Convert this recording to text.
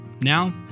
Now